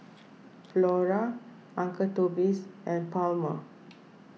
Flora Uncle Toby's and Palmer